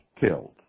killed